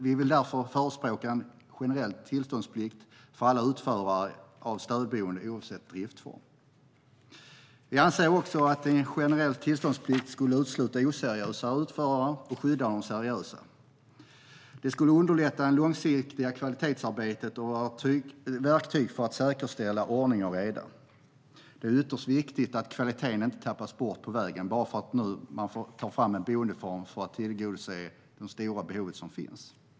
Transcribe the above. Vi förespråkar därför en generell tillståndsplikt för alla utförare i fråga om stödboenden, oavsett driftsform. Vi anser att en generell tillståndsplikt skulle utesluta oseriösa utförare och skydda de seriösa. Det skulle underlätta det långsiktiga kvalitetsarbetet och vara ett verktyg för att säkerställa ordning och reda. Det är ytterst viktigt att kvaliteten inte tappas bort på vägen bara för att man nu tar fram en boendeform för att tillgodose det stora behov som finns.